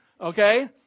okay